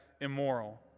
immoral